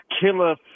killer